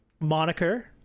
moniker